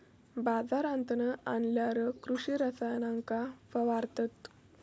बाजारांतना आणल्यार कृषि रसायनांका फवारतत